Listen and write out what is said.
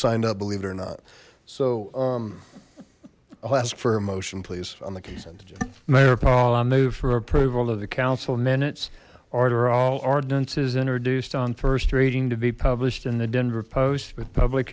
signed up believe it or not so um i'll ask for a motion please on the case engine mayor paul i move for approval of the council minutes order all ordinances introduced on first reading to be published in the denver post with public